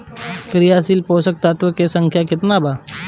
क्रियाशील पोषक तत्व के संख्या कितना बा?